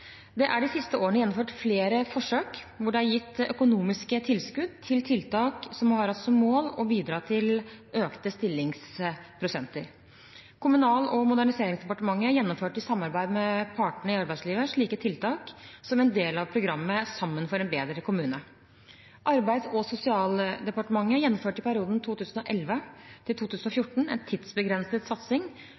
Det er de siste årene gjennomført flere forsøk hvor det er gitt økonomisk tilskudd til tiltak som har hatt som mål å bidra til økte stillingsprosenter. Kommunal- og moderniseringsdepartementet gjennomførte i samarbeid med partene i arbeidslivet slike tiltak som en del av programmet «Sammen om en bedre kommune». Arbeids- og sosialdepartementet gjennomførte i perioden 2011–2014 en tidsbegrenset satsing